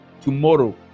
tomorrow